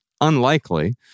unlikely